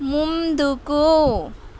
ముందుకు